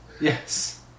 Yes